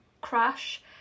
crash